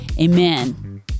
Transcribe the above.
Amen